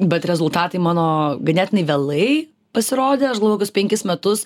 bet rezultatai mano ganėtinai vėlai pasirodė aš gal kokius penkis metus